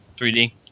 3D